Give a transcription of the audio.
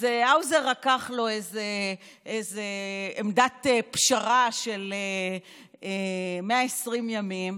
אז האוזר רקח לו איזו עמדת פשרה של 120 ימים,